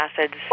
acids